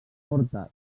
porta